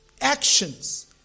Actions